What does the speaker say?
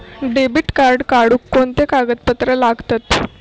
Debit card काढुक कोणते कागदपत्र लागतत?